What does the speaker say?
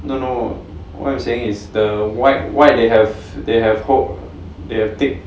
no no what I'm saying is the white white they have they have 厚 they have thick